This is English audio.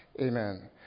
Amen